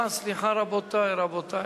סליחה, סליחה, רבותי, רבותי.